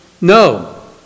No